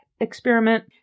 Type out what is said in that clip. Experiment